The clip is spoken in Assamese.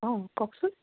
অ' কওকচোন